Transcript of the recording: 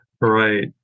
Right